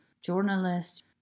journalists